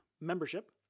membership